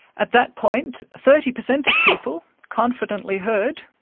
at that point thirty per cent of people confidently heard,